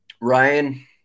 ryan